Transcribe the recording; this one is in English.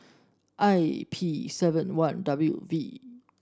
I P seven one W V